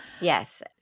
Yes